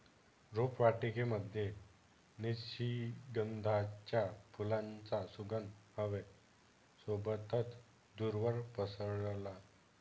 रोपवाटिकेमध्ये निशिगंधाच्या फुलांचा सुगंध हवे सोबतच दूरवर पसरला